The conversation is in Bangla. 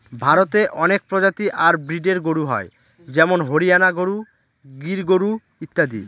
ভারতে অনেক প্রজাতি আর ব্রিডের গরু হয় যেমন হরিয়ানা গরু, গির গরু ইত্যাদি